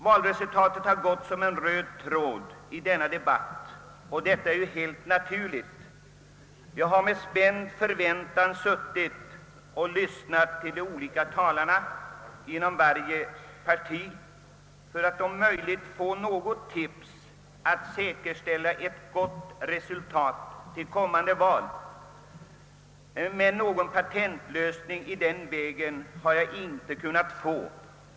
Valresultatet har gått som en röd tråd genom denna debatt, och det är helt naturligt. Jag har med spänd förväntan lyssnat till de olika talarna inom varje parti för att om möjligt få något tips om hur man säkerställer ett gott resultat i kommande val, men någon patentlösning i den vägen har jag inte kunnat få.